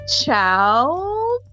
ciao